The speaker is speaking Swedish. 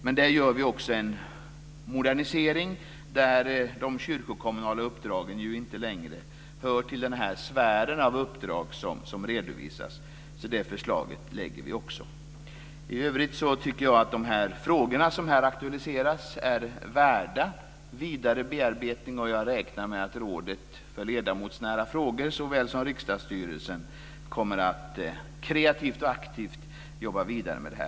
Men vi gör också en modernisering, så att de kyrkokommunala uppdragen nu inte längre hör till den sfär av uppdrag som redovisas. Det förslaget lägger vi alltså också fram. I övrigt tycker jag att de frågor som här aktualiseras är värda vidare bearbetning. Jag räknar med att såväl rådet för ledamotsnära frågor som riksdagsstyrelsen kreativt och aktivt kommer att jobba vidare med detta.